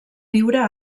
viure